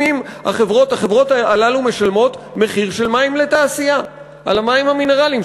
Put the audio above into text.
החברות הללו משלמות מחיר של מים לתעשייה על המים המינרליים,